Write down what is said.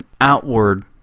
outward